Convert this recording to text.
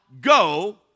go